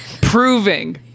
Proving